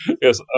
Yes